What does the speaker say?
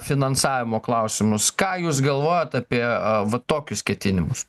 finansavimo klausimus ką jūs galvojat apie va tokius ketinimus